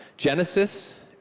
Genesis